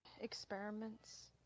experiments